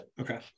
okay